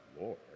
Lord